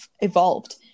evolved